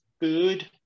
food